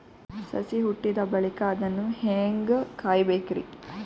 ಸಸಿ ಹುಟ್ಟಿದ ಬಳಿಕ ಅದನ್ನು ಹೇಂಗ ಕಾಯಬೇಕಿರಿ?